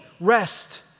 Rest